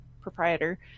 proprietor